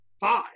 five